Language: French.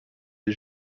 des